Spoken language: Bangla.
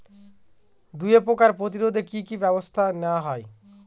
দুয়ে পোকার প্রতিরোধে কি কি ব্যাবস্থা নেওয়া হয়?